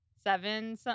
seven